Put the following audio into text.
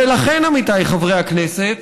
ולכן, עמיתיי חברי הכנסת,